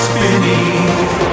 beneath